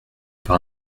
par